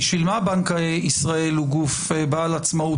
בשביל מה בנק ישראל הוא גוף בעל עצמאות,